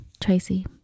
Tracy